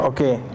Okay